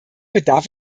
bedarf